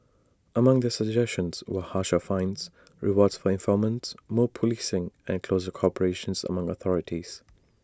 among their suggestions are harsher fines rewards for informants more policing and closer cooperations among the authorities